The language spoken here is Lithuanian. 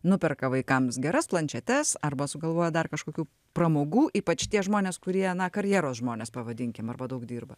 nuperka vaikams geras planšetes arba sugalvoja dar kažkokių pramogų ypač tie žmonės kurie na karjeros žmonės pavadinkim arba daug dirba